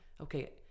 Okay